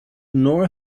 nor